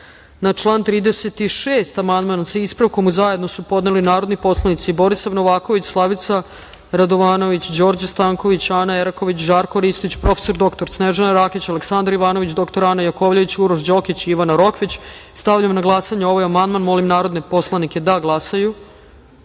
član 4. amandman su zajedno podneli narodni poslanici Borislav Novaković, Slavica Radovanović, Đorđe Stanković, Ana Eraković, Žarko Ristić, prof. dr Snežana Rakić, Aleksandar Ivanović, dr Ana Jakovljević, Uroš Đokić i Ivana Rokvić. Stavljam na glasanje ovaj amandman. Molim narodne poslanike da